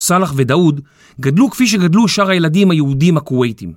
סלח ודאוד גדלו כפי שגדלו שאר הילדים היהודים הכווייטים.